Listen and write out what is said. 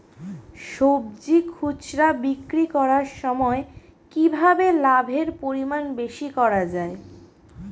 সবজি খুচরা বিক্রি করার সময় কিভাবে লাভের পরিমাণ বেশি করা যায়?